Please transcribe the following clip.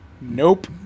Nope